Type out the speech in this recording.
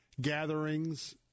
gatherings